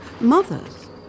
mothers